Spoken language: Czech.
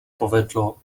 povedlo